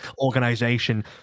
organization